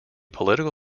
political